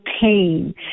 pain